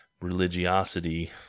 religiosity